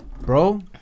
Bro